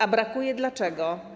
A brakuje dlaczego?